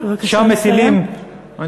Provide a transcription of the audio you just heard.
שם מטילים, בבקשה לסיים.